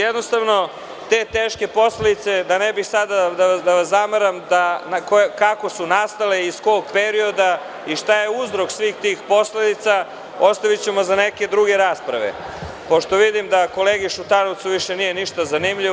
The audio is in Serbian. Jednostavno, te teške posledice, ne bih sada da vas zamaram kako su nastale, iz kog perioda i šta je uzrok svih tih posledica ostavićemo za neke druge rasprave, pošto vidim da kolegi Šutanovcu više ništa nije zanimljivo.